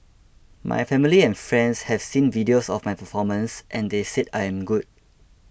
my family and friends have seen videos of my performances and they said I am good